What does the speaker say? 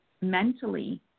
mentally